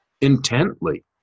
intently